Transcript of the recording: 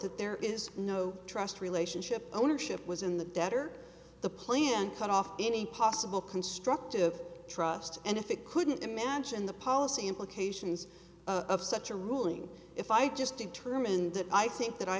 that there is no trust relationship ownership was in the debt or the plant cut off any possible constructive trust and if it couldn't imagine the policy implications of such a ruling if i just determined that i think that i